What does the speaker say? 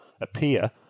appear